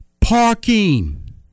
Parking